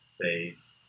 phase